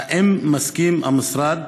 האם המשרד